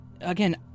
Again